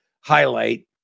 highlight